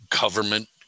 Government